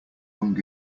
hung